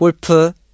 golf